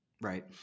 Right